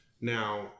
now